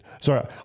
Sorry